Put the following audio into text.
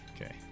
Okay